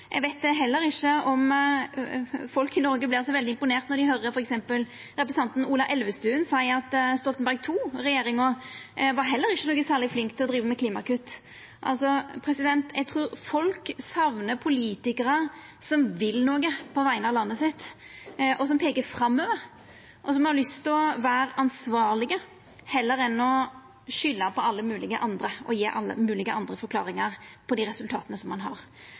Eg veit heller ikkje om folk i Noreg vert så veldig imponerte når dei høyrer f.eks. representanten Ola Elvestuen seia at Stoltenberg II-regjeringa heller ikkje var noko særleg flink til å driva med klimakutt. Eg trur folk saknar politikarar som vil noko på vegner av landet sitt, som peiker framover, og som har lyst til å vera ansvarlege heller enn å skulda på alle moglege andre og gje alle moglege andre forklaringar på dei resultata ein har.